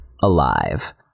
ALIVE